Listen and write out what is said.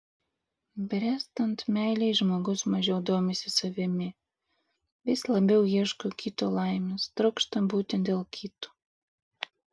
bręstant meilei žmogus mažiau domisi savimi vis labiau ieško kito laimės trokšta būti dėl kito